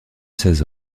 seize